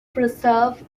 preserve